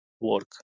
work